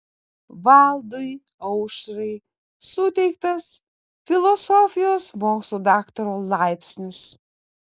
valdui aušrai suteiktas filosofijos mokslų daktaro laipsnis